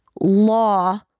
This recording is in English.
law